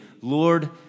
Lord